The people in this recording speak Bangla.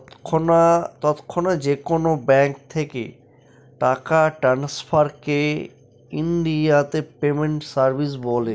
তৎক্ষণাৎ যেকোনো ব্যাঙ্ক থেকে টাকা ট্রান্সফারকে ইনডিয়াতে পেমেন্ট সার্ভিস বলে